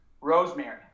Rosemary